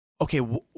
Okay